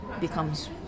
becomes